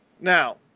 Now